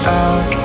out